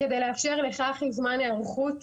כדי לאפשר לכך זמן היערכות,